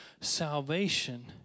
salvation